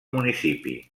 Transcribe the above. municipi